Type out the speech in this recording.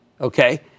Okay